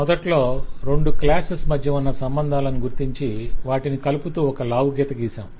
మొదట్లో రెండు క్లాసెస్ మధ్య ఉన్న సంబంధాలను గుర్తించి వాటిని కలుపుతూ ఒక లావు గీత గీస్తాం